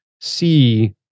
see